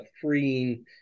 freeing